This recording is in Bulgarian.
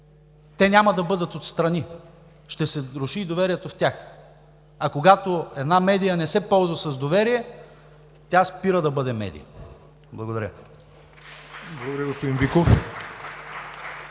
те няма да бъдат отстрани – ще се руши и доверието в тях, а когато една медия не се ползва с доверие, тя спира да бъде медия. Благодаря.